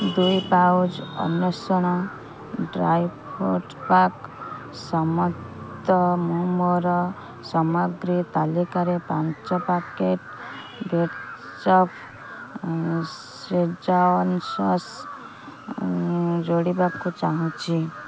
ଦୁଇ pouch Anveshan dry fruit pack ସମତ ମୁଁ ମୋର ସମଗ୍ରୀ ତାଲିକାରେ ପାଞ୍ଚ packet bread chop schezwan sauce ଯୋଡ଼ିବାକୁ ଚାହୁଁଛି